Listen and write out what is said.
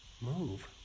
move